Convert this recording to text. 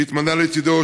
שהתמנה לצידו,